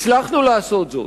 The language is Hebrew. אבל הצלחנו לעשות זאת.